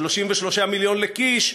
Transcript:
33 מיליון לקיש,